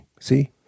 see